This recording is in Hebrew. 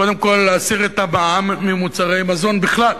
קודם כול להסיר את המע"מ ממוצרי מזון בכלל,